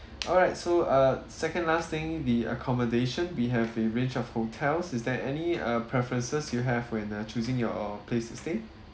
all right so uh second last thing the accommodation we have a range of hotels is there any uh preferences you have when uh choosing your place to stay